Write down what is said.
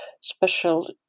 special